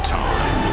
time